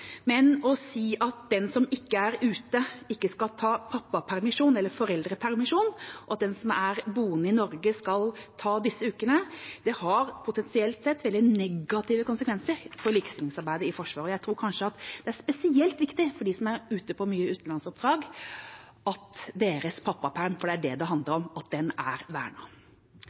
Men å si at den som ikke er ute, ikke skal ta pappapermisjon, eller foreldrepermisjon, og at den som er boende i Norge, skal ta disse ukene, har potensielt sett veldig negative konsekvenser for likestillingsarbeidet i Forsvaret. Jeg tror kanskje at det er spesielt viktig for dem som er ute på mye utenlandsoppdrag, at deres pappaperm – for det er det det handler om – er